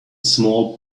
small